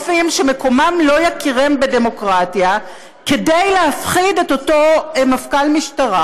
זה הכול: זה השב"כ, זה המוסד, זה בתי המשפט,